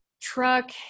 truck